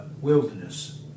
wilderness